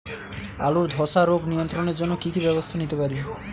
আলুর ধ্বসা রোগ নিয়ন্ত্রণের জন্য কি কি ব্যবস্থা নিতে পারি?